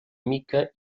mica